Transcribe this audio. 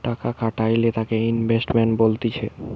টাকা খাটাইলে তাকে ইনভেস্টমেন্ট বলতিছে